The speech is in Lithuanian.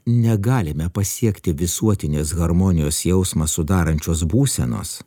negalime pasiekti visuotinės harmonijos jausmą sudarančios būsenos